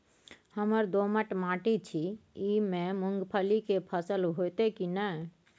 हमर दोमट माटी छी ई में मूंगफली के फसल होतय की नय?